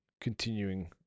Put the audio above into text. continuing